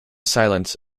silence